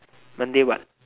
monday what